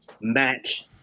match